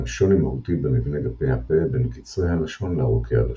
קיים שוני מהותי במבנה גפי הפה בין קצרי הלשון לארוכי הלשון.